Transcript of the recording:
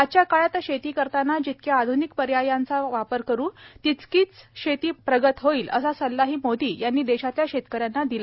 आजच्या काळात शेती करताना जितक्या आध्निक पर्यायांचा वापर करू तितकीच शेती प्रगत होईल असा सल्लाही मोदी यांनी देशातल्या शेतकऱ्यांना दिला